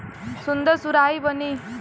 सुन्दर सुराही बनी